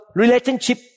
relationship